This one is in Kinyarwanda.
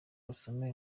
usome